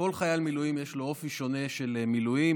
חייל מילואים יש אופי שונה של מילואים.